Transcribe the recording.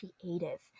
creative